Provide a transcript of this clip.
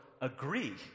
agree